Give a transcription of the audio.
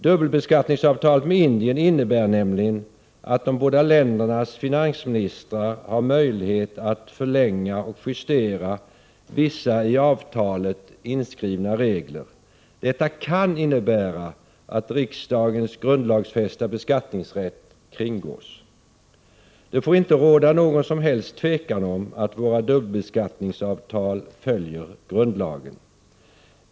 Dubbelbeskattningsavtalet med Indien innebär nämligen att de båda ländernas finansministrar har möjlighet att förlänga och justera vissa i avtalet inskrivna regler. Detta kan innebära att riksdagens grundlagsfästa beskattningsrätt kringgås. Det får inte råda något som helst tvivel om att våra dubbelbeskattningsavtal följer grundlagen.